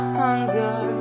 hunger